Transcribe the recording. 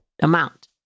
amount